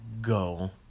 go